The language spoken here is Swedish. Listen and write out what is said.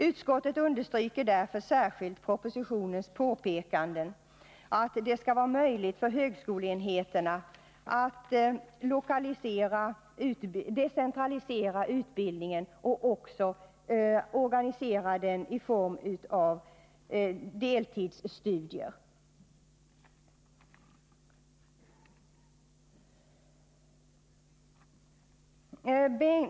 Utskottet understryker därför särskilt propositionens påpekanden att det skall vara möjligt för högskoleenheterna att decentralisera utbildningen och även organisera den i form av deltidsstudier.